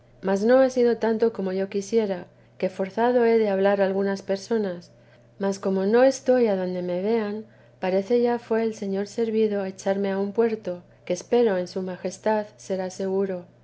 mas no ha sido tanto como yo quisiera que forzado he de hablar a algunas personas mas como no estoy adonde me vean parece ya fué el señor servido echarme a un puerto que espero en su majestad será seguro